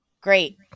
Great